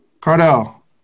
Cardell